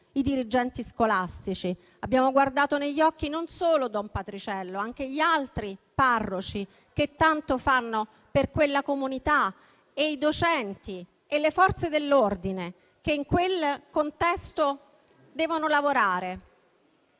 i dirigenti scolastici; abbiamo guardato negli occhi non solo don Patriciello, ma anche gli altri parroci che tanto fanno per quella comunità, i docenti e le Forze dell'ordine che in quel contesto devono lavorare.